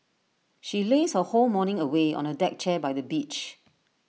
she lazed her whole morning away on A deck chair by the beach